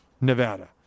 Nevada